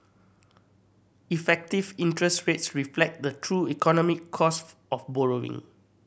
effective interest rates reflect the true economic cost of borrowing